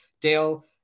Dale